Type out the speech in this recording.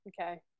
Okay